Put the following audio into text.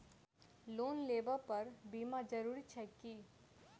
Loan लेबऽ पर बीमा जरूरी छैक की?